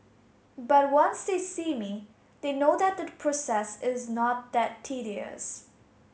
but once they see me they know that the process is not that tedious